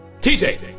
TJ